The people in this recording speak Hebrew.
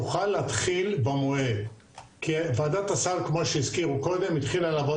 היא הצליחה להוריד